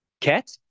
Cat